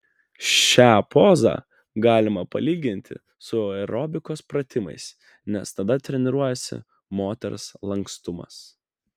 šią pozą galima palyginti su aerobikos pratimais nes tada treniruojasi moters lankstumas